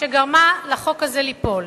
שגרמה לחוק הזה ליפול,